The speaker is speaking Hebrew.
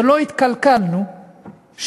שלא התקלקלנו,